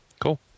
Cool